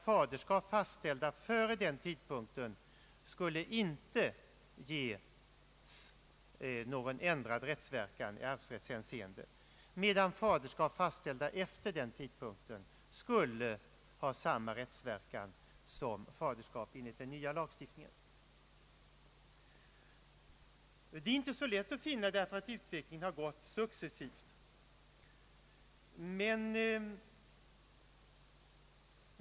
Faderskap som fastställts före den tidpunkten skulle alltså inte ges någon ändrad rättsverkan i arvsrättshänseende, medan faderskap fastställda efter den tidpunkten skulle ha samma rättsverkan som faderskap enligt den nya lagstiftningen. Det är inte så lätt att finna en sådan tidpunkt, därför att utvecklingen har gått successivt.